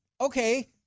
Okay